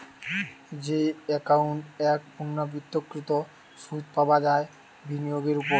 যেই একাউন্ট এ পূর্ণ্যাবৃত্তকৃত সুধ পাবা হয় বিনিয়োগের ওপর